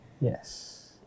Yes